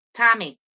Tommy